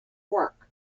work